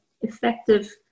effective